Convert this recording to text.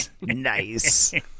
Nice